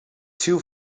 two